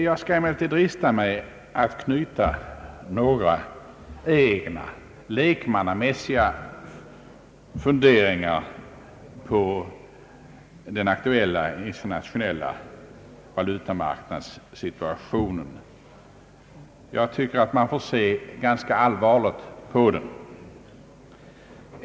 Jag dristar mig ändå att göra några egna lekmannamässiga funderingar kring den aktuella internationella valutamarknadssituationen, som man måste se ganska allvarligt på.